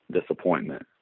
disappointment